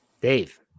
Dave